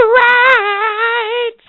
right